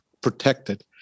protected